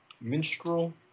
minstrel